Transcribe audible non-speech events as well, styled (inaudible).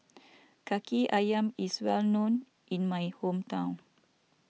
(noise) Kaki Ayam is well known in my hometown